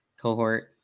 cohort